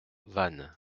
vannes